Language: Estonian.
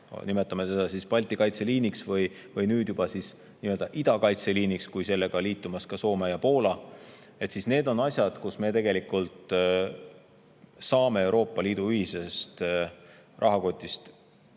nimetame seda siis Balti kaitseliiniks või nüüd juba nii-öelda idakaitseliiniks, kui sellega on liitumas ka Soome ja Poola –, siis need on asjad, kus me tegelikult saame Euroopa Liidu ühisest rahakotist heas